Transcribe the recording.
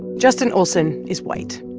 justin olsen is white.